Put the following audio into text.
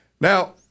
Now